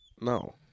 No